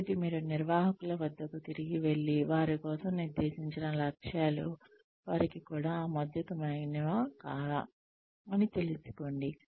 కాబట్టి మీరు నిర్వాహకుల వద్దకు తిరిగి వెళ్లి వారి కోసం నిర్దేశించిన లక్ష్యాలు వారికి కూడా ఆమోదయోగ్యమైనవా కాదా అని తెలుసుకోండి